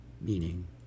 meaning